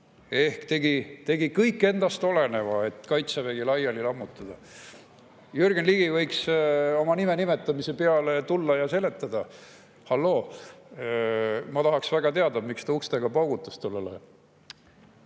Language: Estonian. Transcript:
ehk tegi kõik endast oleneva, et Kaitsevägi laiali lammutada. Jürgen Ligi võiks oma nime nimetamise peale tulla ja seletada. Halloo? Ma tahaks väga teada, miks ta ustega paugutas tollel